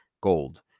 Gold